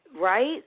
Right